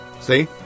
See